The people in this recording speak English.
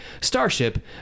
Starship